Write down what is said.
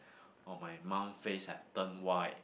oh my mum face have turned white